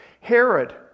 Herod